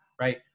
right